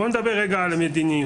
בואו נדבר רגע על מדיניות.